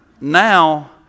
now